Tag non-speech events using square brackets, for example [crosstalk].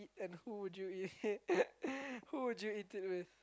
and who would you eat [laughs] who would you eat it with